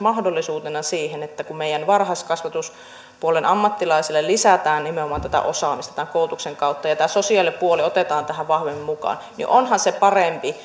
mahdollisuutena kun meidän varhaiskasvatuspuolen ammattilaisille lisätään nimenomaan tätä osaamista koulutuksen kautta ja tämä sosiaalipuoli otetaan tähän vahvemmin mukaan onhan se parempi